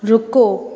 रुको